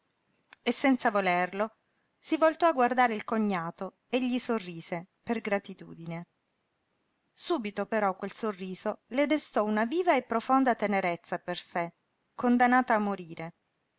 e senza volerlo si voltò a guardare il cognato e gli sorrise per gratitudine subito però quel sorriso le destò una viva e profonda tenerezza per sé condannata a morire